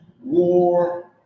war